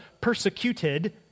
persecuted